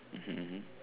mmhmm mmhmm